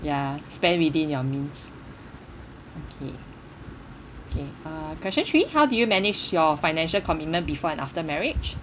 ya spend within your means okay K uh question three how do you manage your financial commitment before and after marriage